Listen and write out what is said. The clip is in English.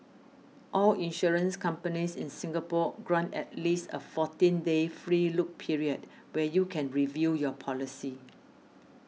all insurance companies in Singapore grant at least a fourteen day free look period where you can review your policy